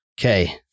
Okay